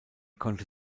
konnte